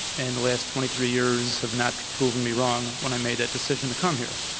and the last twenty three years have not proven me wrong when i made that decision to come here.